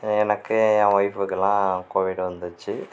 எனக்கு என் ஒய்ஃபுக்கெல்லாம் கோவிட் வந்துடுச்சி